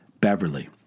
Beverly